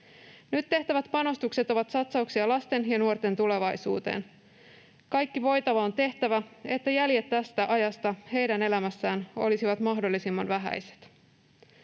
Nyt tehtävät panostukset ovat satsauksia lasten ja nuorten tulevaisuuteen. Kaikki voitava on tehtävä, että jäljet tästä ajasta heidän elämässään olisivat mahdollisimman vähäiset.